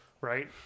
right